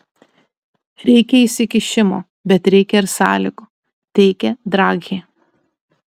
reikia įsikišimo bet reikia ir sąlygų teigė draghi